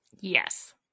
yes